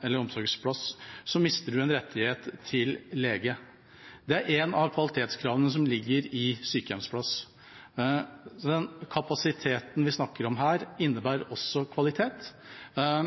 eller omsorgsplass, mister man rettighet til lege. Det er et av kvalitetskravene som ligger i sykehjemsplass, så den kapasiteten vi snakker om her, innebærer også kvalitet. Jeg